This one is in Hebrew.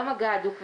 לא מגע הדוק ומתמשך)